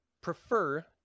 prefer